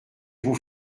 vous